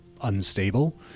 unstable